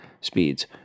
speeds